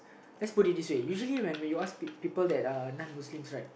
let's put it this way usually when we ask uh people that are non Muslims right